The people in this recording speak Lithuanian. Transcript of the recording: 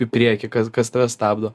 į priekį kas kas tave stabdo